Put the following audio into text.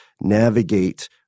navigate